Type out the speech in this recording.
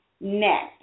Next